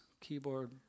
Keyboard